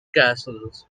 castles